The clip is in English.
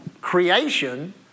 creation